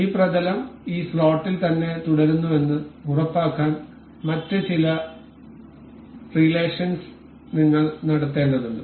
ഈ പ്രതലം ഈ സ്ലോട്ടിൽ തന്നെ തുടരുന്നുവെന്ന് ഉറപ്പാക്കാൻ മറ്റ് ചില റീലഷൻസ് നിങ്ങൾ നടത്തേണ്ടതുണ്ട്